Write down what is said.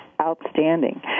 Outstanding